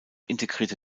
integrierte